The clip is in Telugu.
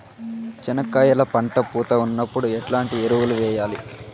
చెనక్కాయలు పంట పూత ఉన్నప్పుడు ఎట్లాంటి ఎరువులు వేయలి?